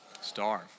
starve